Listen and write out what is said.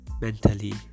mentally